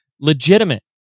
legitimate